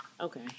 Okay